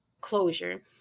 closure